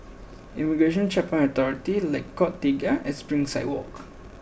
Immigration and Checkpoints Authority Lengkok Tiga and Springside Walk